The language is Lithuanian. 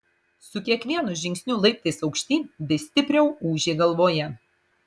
su kiekvienu žingsniu laiptais aukštyn vis stipriau ūžė galvoje